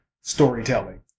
storytelling